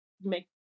make